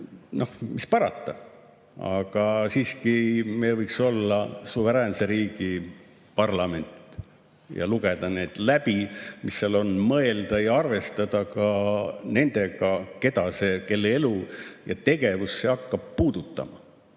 mis parata. Aga siiski me võiks olla suveräänse riigi parlament ja lugeda läbi, mis seal on, mõelda ja arvestada ka nendega, kelle elu ja tegevust see hakkab puudutama.